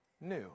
new